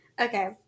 Okay